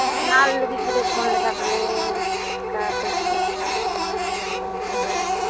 ᱚᱱᱟ ᱞᱟᱹᱜᱤᱫ ᱜᱮᱞᱮ ᱯᱷᱳᱱ ᱞᱮᱫᱟ ᱵᱚᱞᱮ ᱪᱮᱫᱞᱮᱟ ᱯᱮ ᱠᱩᱥᱤᱭᱟᱜ ᱠᱟᱱᱟ ᱟᱨ ᱠᱚᱫᱚ